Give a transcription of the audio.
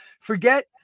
forget